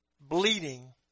bleeding